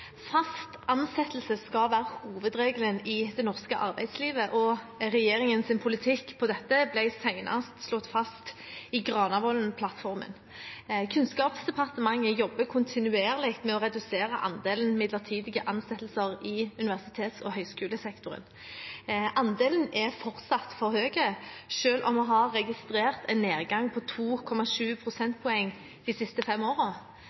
Fast ansettelse skal være hovedregelen i det norske arbeidslivet, og regjeringens politikk på dette ble senest slått fast i Granavolden-plattformen. Kunnskapsdepartementet jobber kontinuerlig med å redusere andelen midlertidige ansettelser i universitets- og høyskolesektoren. Andelen er fortsatt for høy, selv om vi har registrert en nedgang på 2,7 prosentpoeng de siste fem